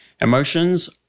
emotions